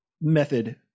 method